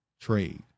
trade